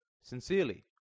Sincerely